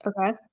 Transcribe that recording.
okay